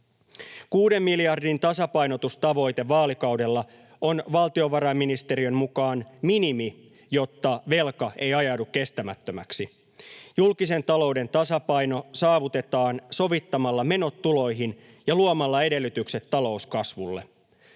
Kuuden miljardin tasapainotustavoite vaalikaudella on valtiovarainministeriön mukaan minimi, jotta velka ei ajaudu kestämättömäksi. Julkisen talouden tasapaino saavutetaan sovittamalla menot tuloihin ja luomalla edellytykset talouskasvulle.